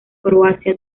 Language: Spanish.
croacia